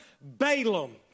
Balaam